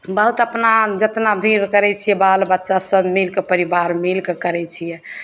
बहुत अपना जतना भी करय छियै बाल बच्चा सब मिलके परिवार मिलके करय छियै